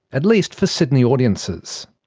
at least for sydney audiences.